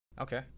Okay